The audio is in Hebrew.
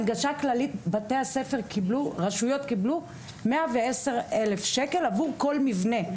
הנגשה כללית בתי הספר קיבלו רשויות קיבלו 110 אלף שקל עבור כל מבנה,